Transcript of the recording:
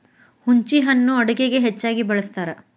ಹುಂಚಿಹಣ್ಣು ಅಡುಗೆಗೆ ಹೆಚ್ಚಾಗಿ ಬಳ್ಸತಾರ